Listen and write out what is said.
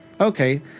Okay